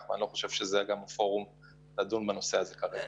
ואני לא חושב שזה הפורום לדון בזה כרגע.